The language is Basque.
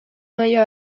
maila